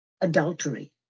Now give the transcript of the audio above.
adultery